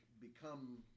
become